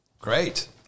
great